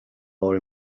more